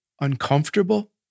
uncomfortable